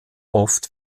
oft